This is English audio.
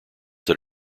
that